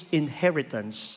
inheritance